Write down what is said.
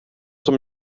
som